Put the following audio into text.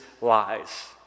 lies